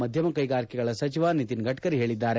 ಮಧ್ಯಮ ಕೈಗಾರಿಕೆಗಳ ಸಚಿವ ನಿತಿನ್ ಗಡ್ಕರಿ ಹೇಳದ್ದಾರೆ